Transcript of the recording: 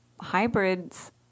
hybrids